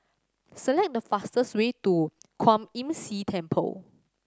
select the fastest way to Kwan Imm See Temple